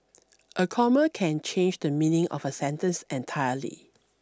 a comma can change the meaning of a sentence entirely